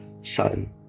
Son